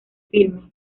filme